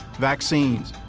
vaccines,